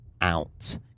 out